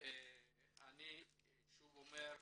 אנחנו מבקשים